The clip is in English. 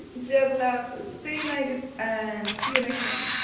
share the love, stay united and see you next time.